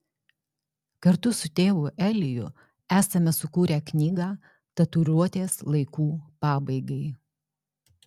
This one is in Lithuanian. kartu su tėvu eliju esame sukūrę knygą tatuiruotės laikų pabaigai